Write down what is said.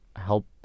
help